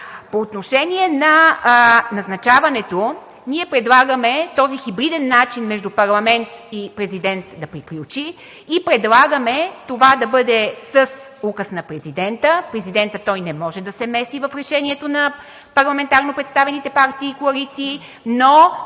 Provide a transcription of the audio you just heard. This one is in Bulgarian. По отношение на назначаването ние предлагаме този хибриден начин между парламент и президент да приключи и предлагаме това да бъде с указ на президента, който не може да се меси в решението на парламентарно представените партии и коалиции, но